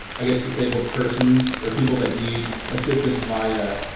i guess, disabled persons or people that need assistance via,